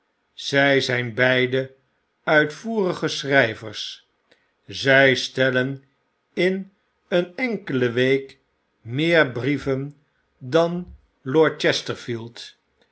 zij zijn beiden uitvoerige schrijvers zij stellen in een enkele week meer brieven dan